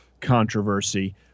controversy